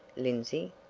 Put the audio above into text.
lindsey?